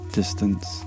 distance